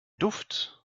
duft